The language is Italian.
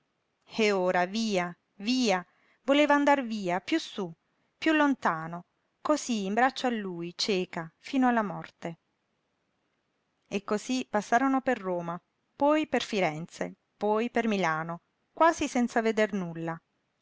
e ora via via voleva andar via piú sú piú lontano cosí in braccio a lui cieca fino alla morte e cosí passarono per roma poi per firenze poi per milano quasi senza veder nulla